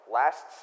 last